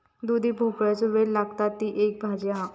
दुधी भोपळ्याचो वेल लागता, ती एक भाजी हा